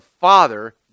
Father